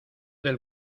del